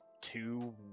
two